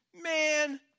man